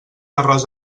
arròs